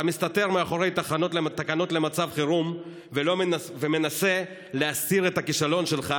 אתה מסתתר מאחורי תקנות שעת חירום ומנסה להסתיר את הכישלון שלך